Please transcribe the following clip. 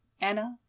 Anna